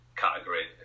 category